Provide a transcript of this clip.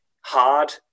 hard